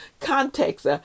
context